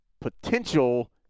potential